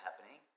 happening